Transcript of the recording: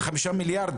5 מיליארד,